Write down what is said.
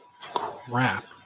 crap